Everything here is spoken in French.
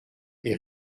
est